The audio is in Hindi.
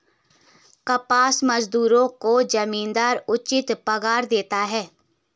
कपास मजदूरों को जमींदार उचित पगार देते हैं